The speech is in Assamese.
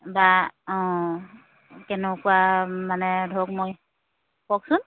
বা অঁ কেনেকুৱা মানে ধৰক মই কওকচোন